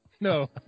no